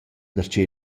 darcheu